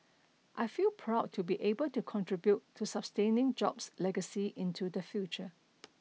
I feel proud to be able to contribute to sustaining Jobs' legacy into the future